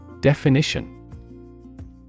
Definition